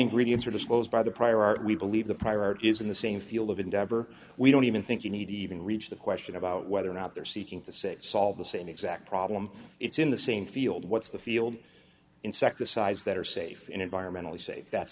ingredients are disposed by the prior art we believe the prior art is in the same field of endeavor we don't even think you need to even reach the question about whether or not they're seeking to say solve the same exact problem it's in the same field what's the field insecticides that are safe and environmentally safe that's